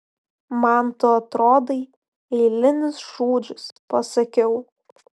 man tu atrodai eilinis šūdžius pasakiau